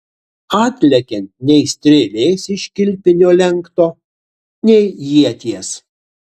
atlekiant nei strėlės iš kilpinio lenkto nei ieties